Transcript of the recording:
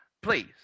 please